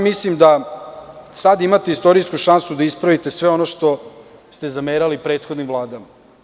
Mislim da sada imate istorijsku šansu da ispravite sve ono što ste zamerali prethodnim vladama.